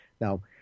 Now